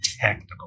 technical